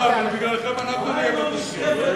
בגללכם אנחנו נהיה בבונקר.